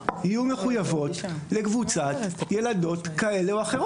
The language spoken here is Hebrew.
גם גת וגם קארין דיברו בעצם על התשתיות ועל המתקנים.